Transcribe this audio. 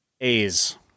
A's